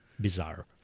bizarre